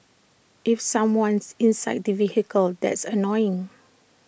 if someone's inside the vehicle that's annoying